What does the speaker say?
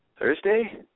Thursday